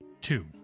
two